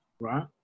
right